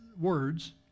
words